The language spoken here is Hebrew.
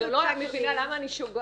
אני גם לא מבינה למה אני שוגה.